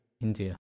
India